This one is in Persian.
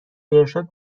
ارشاد